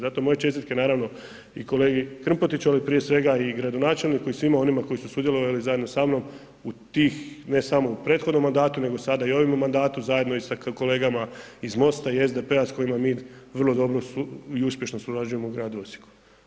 Zato moje čestitke naravno i kolegi Krmpotiću ali i prije svega i gradonačelniku i svima onima koji su sudjelovali zajedno sa mnom u tih, ne samo u prethodnom mandatu nego sada i u ovome mandatu zajedno i sa kolegama iz MOST-a i SDP-a s kojima mi vrlo i uspješno surađujemo u gradu Osijeku.